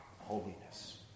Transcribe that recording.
holiness